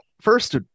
first